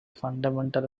fundamental